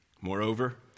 Moreover